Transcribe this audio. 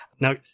Now